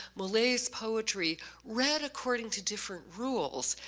millay's poetry read according to different rules,